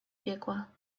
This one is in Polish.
piekła